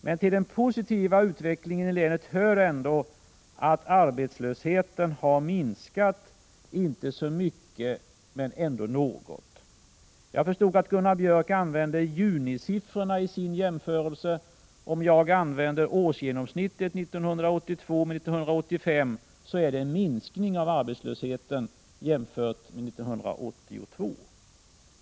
Men till den positiva utvecklingen i länet hör ändå att arbetslösheten har minskat, inte så mycket men ändå något. Jag förstod att Gunnar Björk använde junisiffrorna i sin jämförelse. Om jag jämför årsgenomsnittet 1982 med årsgenomsnittet 1985 121 finner jag att det är en minskning av arbetslösheten sedan 1982.